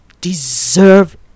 deserve